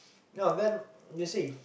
no then you see